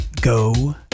Go